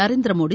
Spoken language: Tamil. நரேந்திரமோடி